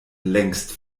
längst